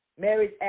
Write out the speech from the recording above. Mary's